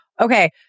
Okay